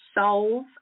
solve